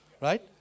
right